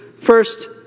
first